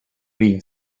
being